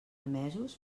emesos